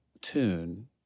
tune